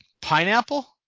pineapple